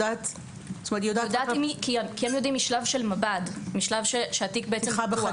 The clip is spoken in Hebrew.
יודעים משלב של מב"ד, משלב שהתיק פתוח.